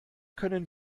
können